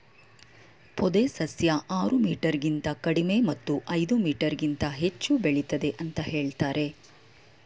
ಪೊದೆ ಸಸ್ಯ ಆರು ಮೀಟರ್ಗಿಂತ ಕಡಿಮೆ ಮತ್ತು ಐದು ಮೀಟರ್ಗಿಂತ ಹೆಚ್ಚು ಬೆಳಿತದೆ ಅಂತ ಹೇಳ್ತರೆ